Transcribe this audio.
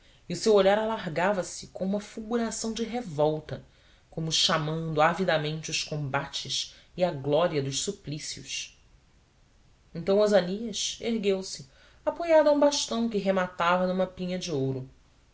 e o seu olhar alargava se com uma fulguração de revolta como chamando avidamente os combates e a glória dos suplícios então osânias ergueu-se apoiado a um bastão que rematava numa pinha de ouro